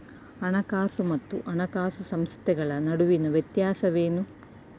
ಹಣಕಾಸು ಮತ್ತು ಹಣಕಾಸು ಸಂಸ್ಥೆಗಳ ನಡುವಿನ ವ್ಯತ್ಯಾಸವೇನು?